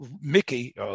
mickey